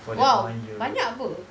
for that one year